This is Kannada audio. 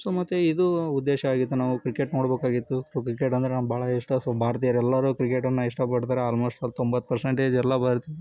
ಸೊ ಮತ್ತು ಇದು ಉದ್ದೇಶವಾಗಿತ್ತು ನಾವು ಕ್ರಿಕೆಟ್ ನೋಡಬೇಕಾಗಿತ್ತು ಸೊ ಕ್ರಿಕೆಟ್ ಅಂದರೆ ನಂಗೆ ಭಾಳ ಇಷ್ಟ ಸೊ ಭಾರತೀಯರೆಲ್ಲರೂ ಕ್ರಿಕೆಟನ್ನು ಇಷ್ಟಪಡ್ತಾರೆ ಆಲ್ಮೋಸ್ಟ್ ತೊಂಬತ್ತು ಪರ್ಸಂಟೇಜ್ ಎಲ್ಲ ಭಾರತೀಯರು